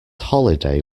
holiday